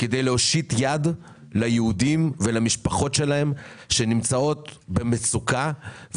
כדי להושיט יד ליהודים ולמשפחות שלהם שנמצאות במצוקה,